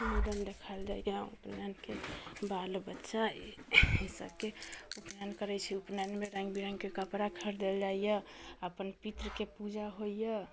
उपनैनके बाल बच्चा ई ई सभके उपनैन करै छी उपनैनमे रङ्ग बिरङ्गके कपड़ा खरीदल जाइए अपन पित्रके पूजा होइए